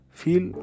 feel